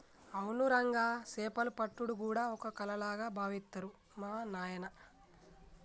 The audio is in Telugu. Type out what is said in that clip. అవును రంగా సేపలు పట్టుడు గూడా ఓ కళగా బావిత్తరు మా నాయిన